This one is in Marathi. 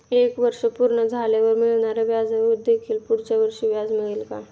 एक वर्ष पूर्ण झाल्यावर मिळणाऱ्या व्याजावर देखील पुढच्या वर्षी व्याज मिळेल का?